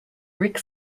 rick